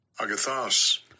agathos